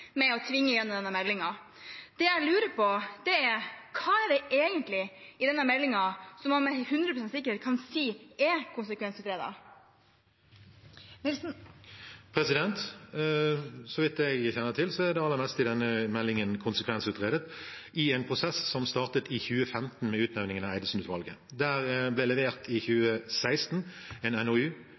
å tvinge gjennom denne meldingen. Det jeg lurer på, er: Hva er det egentlig i denne meldingen som man med hundre prosent sikkerhet kan si er konsekvensutredet? Så vidt jeg kjenner til, er det aller meste i denne meldingen konsekvensutredet – i en prosess som startet i 2015 med oppnevningen av Eidesen-utvalget. Det ble levert en NOU i 2016,